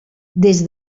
des